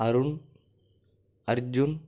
Arun Arjun